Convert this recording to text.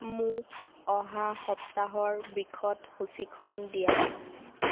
মোক অহা সপ্তাহৰ বিশদ সূচীখন দিয়া